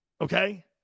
Okay